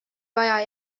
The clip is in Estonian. vaja